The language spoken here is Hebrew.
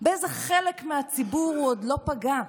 באיזה חלק מהציבור הוא עוד לא פגע?